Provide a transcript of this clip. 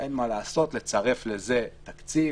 ואין מה לעשות, צריך לצרף לזה תקציב,